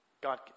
God